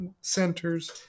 Center's